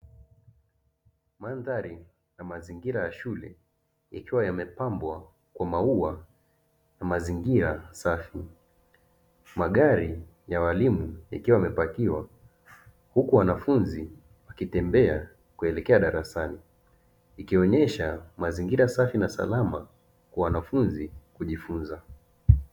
Mandhari na mazingira ya shule yakiwa yamepambwa kwa maua na mazingira safi, magari ya walimu yakiwa yamepakiwa huku wanafunzi wakitembea kuelekea darasani, ikionyesha mazingira safi na salama kwa wanafunzi kujifunza.